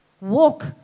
Walk